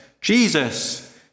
Jesus